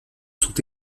sont